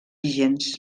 vigents